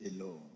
alone